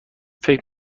فکر